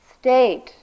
state